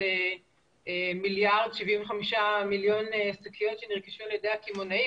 1.75 מיליארד שנרכשו על ידי הקמעונאים.